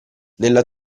nella